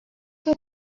her